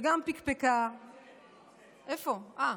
שגם פקפקה, היא פה, איפה?